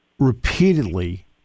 Repeatedly